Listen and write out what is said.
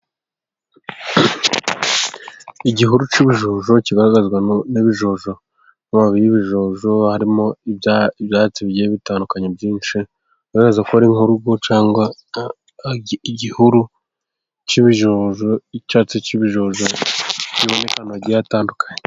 Igihuru cy'ibijojo kigaragazwa n'ibijojo. Amababi y'ibijojo harimo ibyatsi bigiye bitandukanye byinshi wibaza ko ari nk'urugo cyangwa igihuru cy'ibijojo . Icyatsi cy'ibijojo amababi agiye atandukanye.